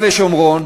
או אמר: